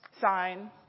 sign